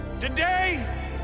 Today